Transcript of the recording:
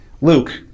Luke